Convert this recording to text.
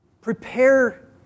Prepare